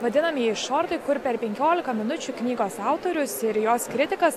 vadinamieji šortai kur per penkiolika minučių knygos autorius ir jos kritikas